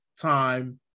time